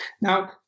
Now